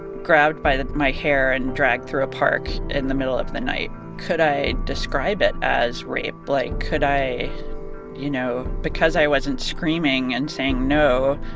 grabbed by my hair and dragged through a park in the middle of the night, could i describe it as rape? like, could i you know, because i wasn't screaming and saying no,